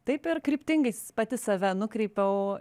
taip ir kryptingais pati save nukreipiau